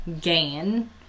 gain